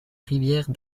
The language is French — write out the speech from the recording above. rivière